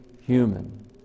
human